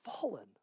fallen